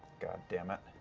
god damn it.